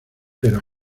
pero